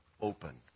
open